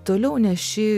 toliau neši